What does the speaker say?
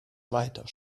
weiter